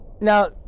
Now